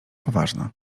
poważna